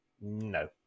No